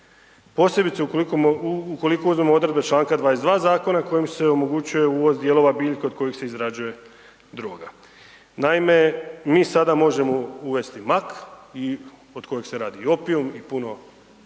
posebice ukoliko uzmemo odredbe članka 22. zakona, kojim se omogućuje uvoz dijelova biljka od kojih se izrađuje droga. Naime, mi sada možemo uvesti mak i od kojeg se radi opijum i puno teži